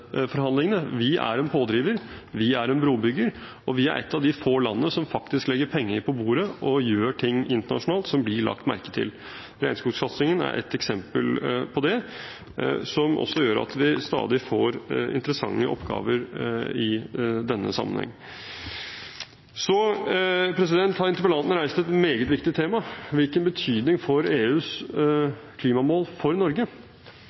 forhandlingene. Vi er en pådriver, vi er en brobygger, og vi er et av de få landene som faktisk legger penger på bordet og gjør ting internasjonalt som blir lagt merke til – regnskogsatsingen er et eksempel på det – som også gjør at vi stadig får interessante oppgaver i denne sammenheng. Så har interpellanten reist et meget viktig tema: Hvilken betydning får EUs klimamål for Norge?